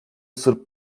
sırp